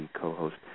co-host